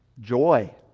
Joy